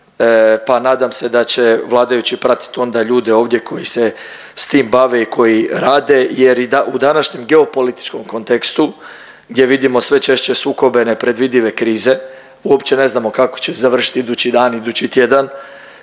pa nadam se da će vladajući pratit onda ljude koji se s tim bave i koji rade jer u današnjem geopolitičkom kontekstu gdje vidimo sve češće sukobe nepredvidive krize, uopće ne znamo kako će završiti idući dan, idući tjedan,